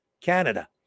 Canada